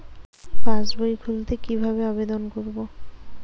পাসবই খুলতে কি ভাবে আবেদন করব?